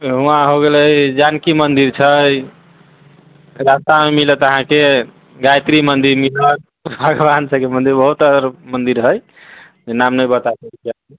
वहाँ हो गेलै जानकी मंदिर छै रास्तामे मिलत अहाँके गायत्री मंदिर मिलत भगवान सभकेँ मंदिर बहुत मंदिर हइ नाम नहि बता सकैत छी